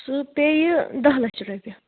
سُہ پیٚیہِ داہ لَچھ رۄپیہِ